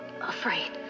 afraid